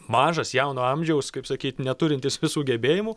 mažas jauno amžiaus kaip sakyt neturintis visų gebėjimų